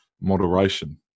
moderation